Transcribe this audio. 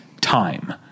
time